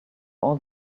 all